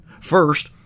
First